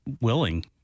willing